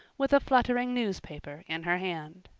with a fluttering newspaper in her hand.